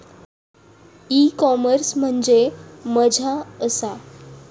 E commerce म्हणजे मझ्या आसा?